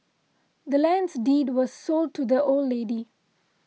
the land's deed was sold to the old lady